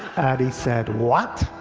and he said, what?